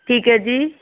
ਠੀਕ ਹੈ ਜੀ